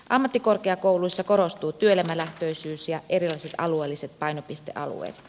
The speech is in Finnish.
ammattikorkeakouluissa korostuvat työelämälähtöisyys ja erilaiset alueelliset painopistealueet